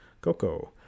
Coco